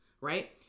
right